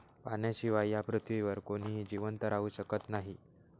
पाण्याशिवाय या पृथ्वीवर कोणीही जिवंत राहू शकत नाही